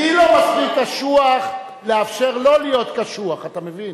אני לא מספיק קשוח לאפשר לו להיות קשוח, אתה מבין?